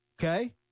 okay